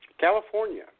California